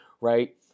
right